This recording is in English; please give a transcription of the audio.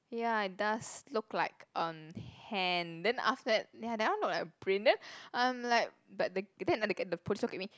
ya it does look like on hand then after that then ya that one look a brain then I'm like but the then I look at the police the police look at me